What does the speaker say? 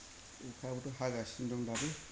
अखायाबोथ' हागासिनो दं दाबो